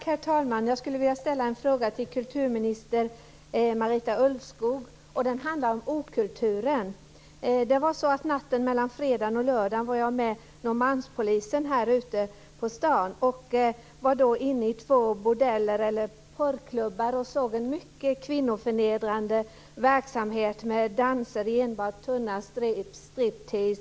Herr talman! Jag skulle vilja ställa en fråga till kulturminister Marita Ulvskog. Den handlar om okulturen. Natten mellan fredagen och lördagen följde jag med Norrmalmspolisen ut på stan. Vi var då inne på två porrklubbar och såg en mycket kvinnoförnedrande verksamhet med danser i enbart tunna stripteasekläder.